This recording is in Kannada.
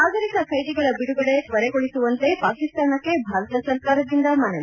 ನಾಗರಿಕ ಕೈದಿಗಳ ಬಿಡುಗಡೆ ತ್ಯರೆಗೊಳಿಸುವಂತೆ ಪಾಕಿಸ್ತಾನಕ್ಲೆ ಭಾರತ ಸರ್ಕಾರದಿಂದ ಮನವಿ